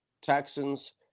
Texans